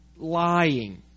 lying